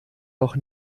noch